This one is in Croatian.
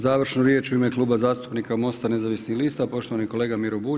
Završnu riječ u ime Kluba zastupnika MOST-a nezavisnih lista, poštovani kolega Miro Bulj.